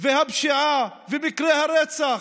והפשיעה ומקרי הרצח,